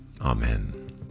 Amen